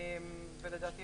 פחות טיסות.